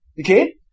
Okay